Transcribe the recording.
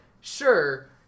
sure